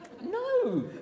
No